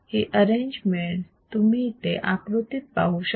ही arrangement तुम्ही इथे आकृतीत बघू शकता